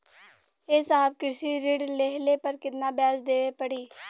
ए साहब कृषि ऋण लेहले पर कितना ब्याज देवे पणी?